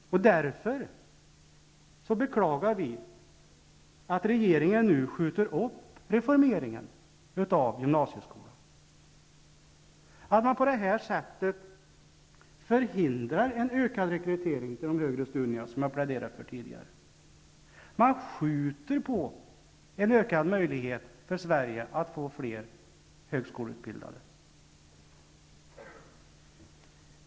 Därför beklagar vi att regeringen nu skjuter upp reformeringen av gymnasieskolan, att man förhindrar en ökad rekrytering till de högre studierna, som jag har pläderat för tidigare. Man skjuter på en ökad möjlighet för Sverige att få fler högskoleutbildade.